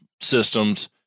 systems